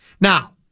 Now